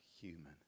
human